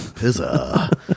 Pizza